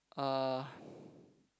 uh